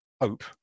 hope